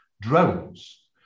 drones